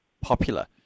popular